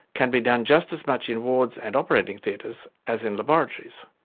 can be done just as much in wards and operating theatres as in laboratories.